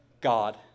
God